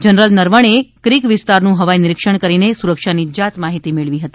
general Naravane creek વિસ્તારનું હવાઇ નિરિક્ષણ કરીને સુરક્ષાની જાત માહિતી મેળવી હતી